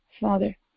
Father